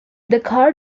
dakar